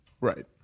Right